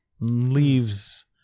leaves